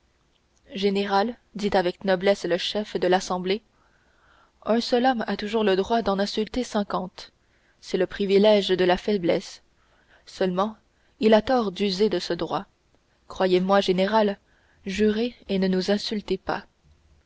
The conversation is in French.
général dit avec noblesse le chef de l'assemblée un seul homme a toujours le droit d'en insulter cinquante c'est le privilège de la faiblesse seulement il a tort d'user de ce droit croyez-moi général jurez et ne nous insultez pas